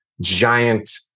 giant